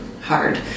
hard